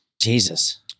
Jesus